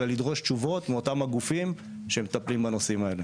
אלא גם לדרוש תשובות מאותם הגופים שמטפלים בנושאים האלו.